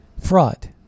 fraud